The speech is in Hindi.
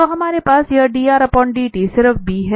तो हमारे पास यह drdt सिर्फ b है